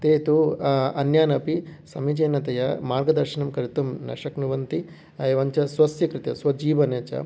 ते तु अन्यानपि समीचीनतया मार्गदर्शनं कर्तुं न शक्नुवन्ति एवञ्च स्वस्यकृते जीवने च